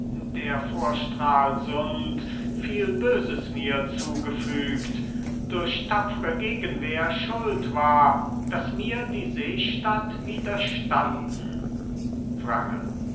der vor stralsund viel böses mir zugefügt durch tapfre gegenwehr schuld war daß mir die seestadt widerstanden